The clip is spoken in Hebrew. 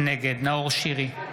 נגד נאור שירי,